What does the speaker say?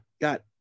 got